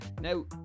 Now